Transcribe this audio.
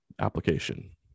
application